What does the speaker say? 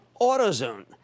AutoZone